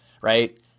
right